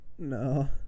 No